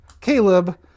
caleb